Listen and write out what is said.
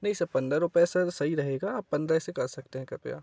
नहीं सर पंद्रह रूपए सर सही रहेगा आप पंद्रह से कर सकते हैं कृपया